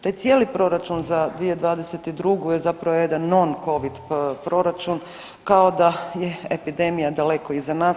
Taj cijeli proračun za 2022. je zapravo jedan non covid proračun kao da je epidemija daleko iza nas.